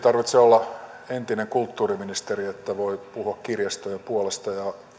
tarvitse olla entinen kulttuuriministeri että voi puhua kirjastojen puolesta